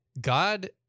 God